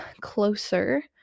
closer